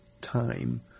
time